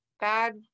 bad